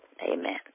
Amen